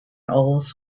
olds